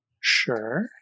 Sure